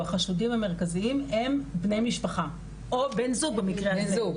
או החשודים המרכזיים הם בני משפחה או בן זוג במקרה הזה.